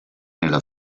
nella